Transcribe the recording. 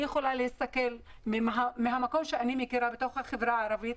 מהמקום של החברה הערבית,